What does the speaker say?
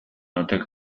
hotel